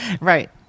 Right